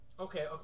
Okay